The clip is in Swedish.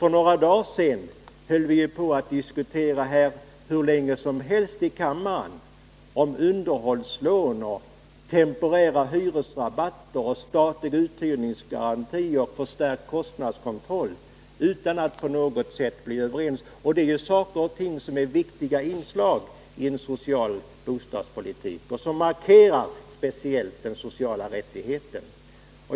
För några dagar sedan kunde vi ju diskutera hur länge som helst här i kammaren om underhållslån, temporära hyresrabatter, statlig uthyrningsgaranti och förstärkt kostnadskontroll, utan att på något sätt bli överens. Detta är ju saker och ting som är viktiga inslag i en social bostadspolitik och som speciellt markerar den sociala rättigheten.